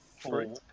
Four